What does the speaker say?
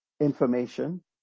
information